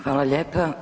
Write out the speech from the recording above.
Hvala lijepa.